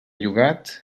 llogat